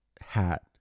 hat